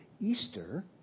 Easter